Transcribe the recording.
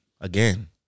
Again